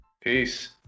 peace